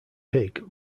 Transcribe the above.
pig